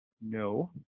no